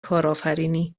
کارآفرینی